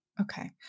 Okay